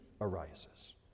arises